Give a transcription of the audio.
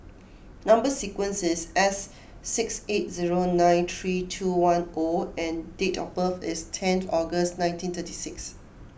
Number Sequence is S six eight zero nine three two one O and date of birth is tenth August nineteen thirty six